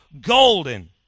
golden